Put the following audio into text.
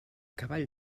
cavall